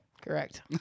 Correct